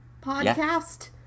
podcast